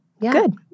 Good